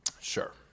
Sure